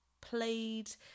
Played